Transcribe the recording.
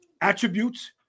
attributes